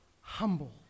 Humble